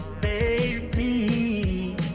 Baby